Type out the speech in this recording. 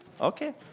Okay